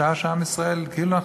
בשעה שעם ישראל מצוי בעיצומו של מבצע.